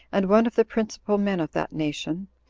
and one of the principal men of that nation,